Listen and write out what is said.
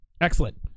Excellent